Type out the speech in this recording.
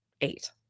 Eight